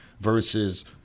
versus